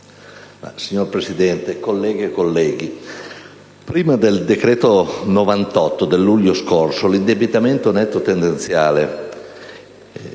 Signora Presidente, colleghe e colleghi, prima del decreto-legge n. 98 del luglio scorso, l'indebitamento netto tendenziale